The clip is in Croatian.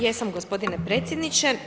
Jesam, gospodine predsjedniče.